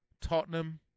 Tottenham